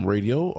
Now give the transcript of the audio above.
Radio